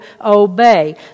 obey